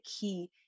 key